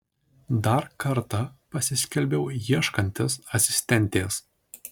dar kartą pasiskelbiau ieškantis asistentės